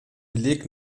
beleg